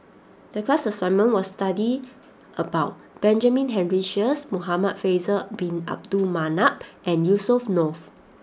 the class assignment was to study about Benjamin Henry Sheares Muhamad Faisal Bin Abdul Manap and Yusnor Ef